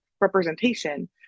representation